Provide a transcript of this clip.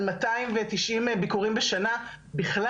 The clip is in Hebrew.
על 290 ביקורים בשנה בכלל.